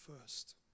first